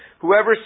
whoever